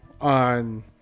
on